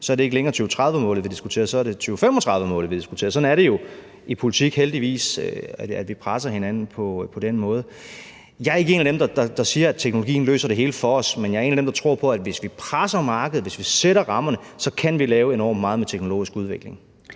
er det ikke længere 2030-målet, vi diskuterer, så er det 2035-målet, vi diskuterer. Sådan er det jo i politik heldigvis, altså at vi presser hinanden på den måde. Jeg er ikke en af dem, der siger, at teknologien løser det hele for os, men jeg er en af dem, der tror på, at vi, hvis vi presser markedet, og hvis vi sætter rammerne, kan lave enormt meget med teknologisk udvikling.